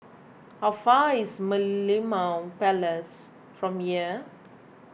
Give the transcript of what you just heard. how far away is Merlimau Palace from here